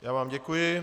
Já vám děkuji.